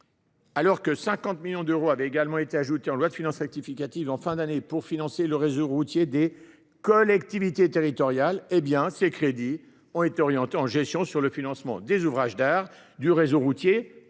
alors que 50 millions d’euros avaient également été ajoutés dans la loi de finances rectificative de fin d’année pour financer le réseau routier des collectivités territoriales, ces crédits ont été réorientés en gestion sur le financement des ouvrages d’art du réseau routier